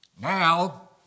Now